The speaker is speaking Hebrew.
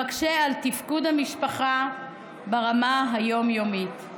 המקשה על המשפחה לתפקד ברמה היום-יומית.